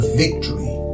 victory